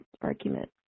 argument